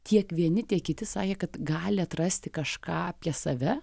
tiek vieni tiek kiti sakė kad gali atrasti kažką apie save